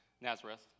Nazareth